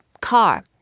car